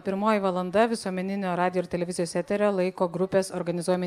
pirmoji valanda visuomeninio radijo ir televizijos eterio laiko grupės organizuojami